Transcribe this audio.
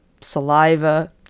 saliva